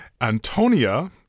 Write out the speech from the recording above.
Antonia